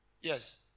yes